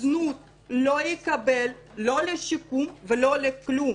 זנות לא תקבל לא לשיקום ולא לכלום.